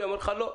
הוא יאמר לך: לא.